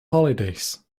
holidays